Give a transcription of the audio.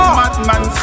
madman